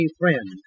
friend